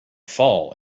fall